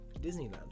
Disneyland